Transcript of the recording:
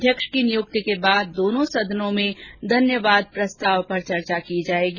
अध्यक्ष की नियुक्ति के बाद दोनों सदनों में धन्यवाद प्रस्ताव पर चर्चा की जाएगी